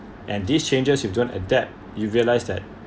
and these changes you don't adapt you realize that